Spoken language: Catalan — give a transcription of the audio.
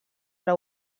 era